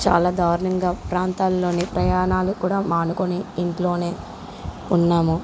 చాలా దారుణంగా ప్రాంతాల్లోనే ప్రయాణాలు కూడా మానుకుని ఇంట్లోనే ఉన్నాము